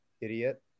Idiot